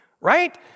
right